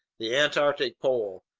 the antarctic pole,